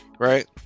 Right